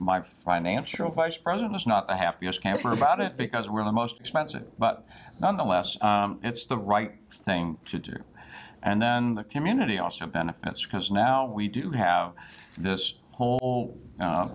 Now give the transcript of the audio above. my financial vice president it's not a happy camper about it because we're the most expensive but nonetheless it's the right thing to do and then the community also benefits because now we do have this whole